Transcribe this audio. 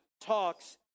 talks